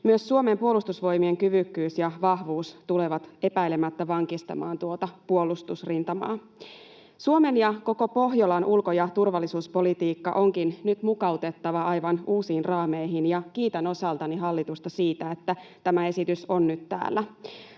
Myös Suomen puolustusvoimien kyvykkyys ja vahvuus tulevat epäilemättä vankistamaan tuota puolustusrintamaa. Suomen ja koko Pohjolan ulko- ja turvallisuuspolitiikka onkin nyt mukautettava aivan uusiin raameihin, ja kiitän osaltani hallitusta siitä, että tämä esitys on nyt täällä.